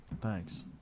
Thanks